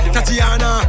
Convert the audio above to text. Tatiana